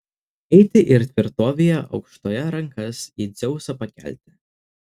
eiti ir tvirtovėje aukštoje rankas į dzeusą pakelti